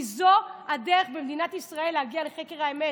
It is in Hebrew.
כי זו הדרך במדינת ישראל להגיע לחקר האמת.